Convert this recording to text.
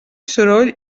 soroll